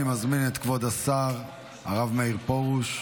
אני מזמין את כבוד השר, הרב מאיר פרוש,